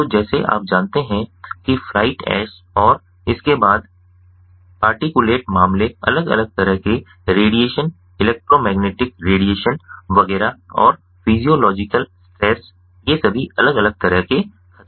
तो जैसे आप जानते हैं कि फ्लाइट ऐश और इसके बाद पार्टिकुलेट मामले अलग अलग तरह के रेडिएशन इलेक्ट्रोमैग्नेटिक रेडिएशन वगैरह और फिजियोलॉजिकल स्ट्रेस ये सभी अलग अलग तरह के खतरे हैं